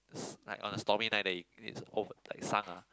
s~ like on a stormy night that it is over~ like sunk ah